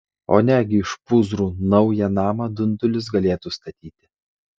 o negi iš pūzrų naują namą dundulis galėtų statyti